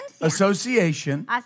association